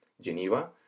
Geneva